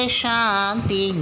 shanti